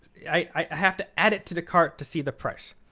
i have to add it to the cart to see the price.